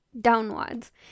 downwards